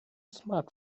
smart